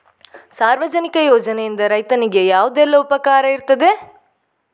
ಸಾರ್ವಜನಿಕ ಯೋಜನೆಯಿಂದ ರೈತನಿಗೆ ಯಾವುದೆಲ್ಲ ಉಪಕಾರ ಇರ್ತದೆ?